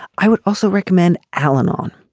i would also recommend al anon